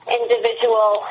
individual